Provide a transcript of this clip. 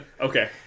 Okay